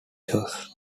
shows